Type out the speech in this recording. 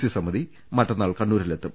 C സമിതി മറ്റന്നാൾ കണ്ണൂരിലെത്തും